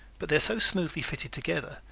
but they are so smoothly fitted together,